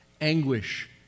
anguish